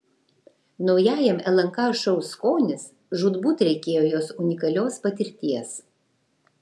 naujajam lnk šou skonis žūtbūt reikėjo jos unikalios patirties